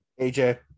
AJ